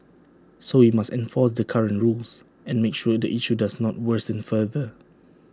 so we must enforce the current rules and make sure the issue does not worsen further